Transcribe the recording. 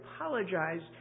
apologized